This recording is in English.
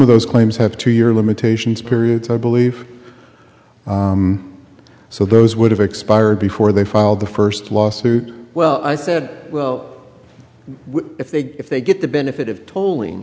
of those claims have two year limitations periods i believe so those would have expired before they filed the first lawsuit well i said well if they if they get the benefit of to